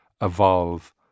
evolve